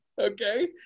okay